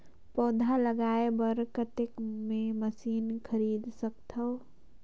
पौधा ल जगाय बर कतेक मे मशीन खरीद सकथव?